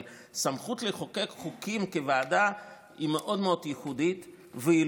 אבל סמכות לחוקק חוקים כוועדה היא מאוד מאוד ייחודית והיא